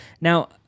Now